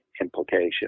implication